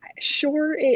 sure